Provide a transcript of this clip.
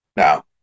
Now